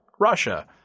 Russia